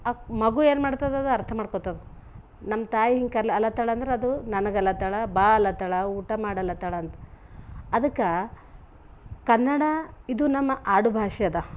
ಆ ಮಗು ಏನ್ಮಾಡ್ತದದು ಅರ್ಥ ಮಾಡ್ಕೊತದೆ ನಮ್ಮ ತಾಯಿ ಹಿಂಗೆ ಕಲ್ಲು ಅಲತ್ತಳಂದ್ರೆ ಅದು ನನಗಲತ್ತಳ ಬಾ ಅಲತ್ತಳ ಊಟ ಮಾಡು ಅಲತ್ತಳಂತ ಅದಕ್ಕೆ ಕನ್ನಡ ಇದು ನಮ್ಮ ಆಡು ಭಾಷೆ ಅದ